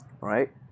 right